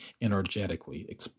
Energetically